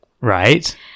Right